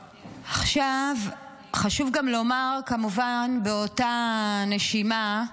עכשיו, חשוב גם לומר, כמובן, באותה הנשימה,